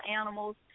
animals